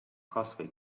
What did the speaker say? kasvõi